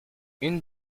une